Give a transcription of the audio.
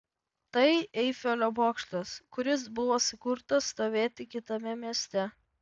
tai eifelio bokštas kuris buvo sukurtas stovėti kitame mieste